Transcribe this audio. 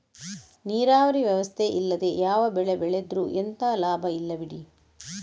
ನೀರಾವರಿ ವ್ಯವಸ್ಥೆ ಇಲ್ಲದೆ ಯಾವ ಬೆಳೆ ಬೆಳೆದ್ರೂ ಎಂತ ಲಾಭ ಇಲ್ಲ ಬಿಡಿ